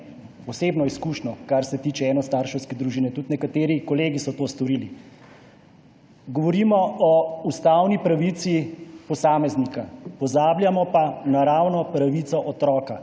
osebno izkušnjo, kar se tiče enostarševske družine, tudi nekateri kolegi so to storili. Govorimo o ustavni pravici posameznika, pozabljamo pa na naravno pravico otroka.